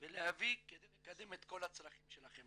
כדי לקדם את כל הצרכים שלכם.